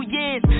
years